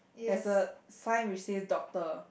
there's a sign which says doctor